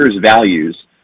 values